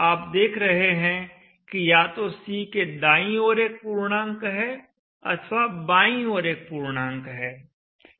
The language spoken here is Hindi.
आप देख रहे हैं कि या तो C के दाईं ओर एक पूर्णांक है अथवा बाईं ओर एक पूर्णांक है